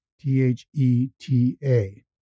T-H-E-T-A